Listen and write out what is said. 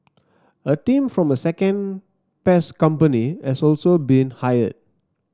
a team from a second pest company has also been hired